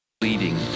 leading